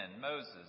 Moses